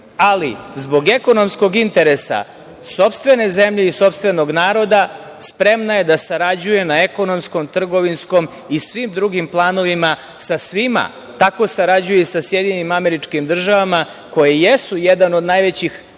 Zbog ekonomskog interesa sopstvene zemlje i sopstvenog naroda spremna je da sarađuje na ekonomskom, trgovinskom i svim drugim planovima sa svima. Tako sarađuje i sa SAD koje jesu jedan od najvećih